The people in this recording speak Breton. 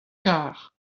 kar